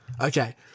Okay